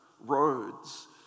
roads